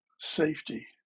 safety